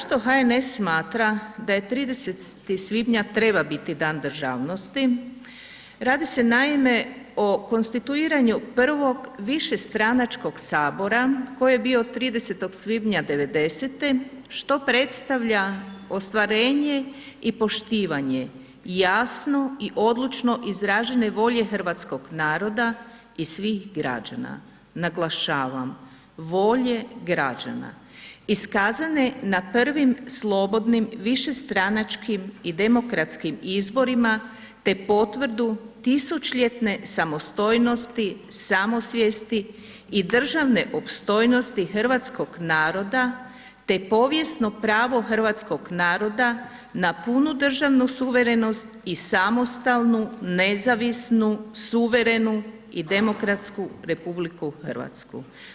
Zašto HNS smatra da je 30. svibnja treba biti Dan državnosti, radi se naime o konstituiranju prvog višestranačkog sabora koji je bio 30. svibnja '90.-te što predstavlja ostvarenje i poštivanje jasno i odlučno izražene volje hrvatskog naroda i svih građana, naglašavam volje građana iskazane na prvim slobodnim višestranačkim i demokratskim izborima, te potvrdu tisućljetne samostojnosti, samosvijesti i državne opstojnosti hrvatskog naroda, te povijesno pravo hrvatskog naroda na punu državnu suverenost i samostalnu, nezavisnu, suverenu i demokratsku RH.